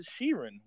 Sheeran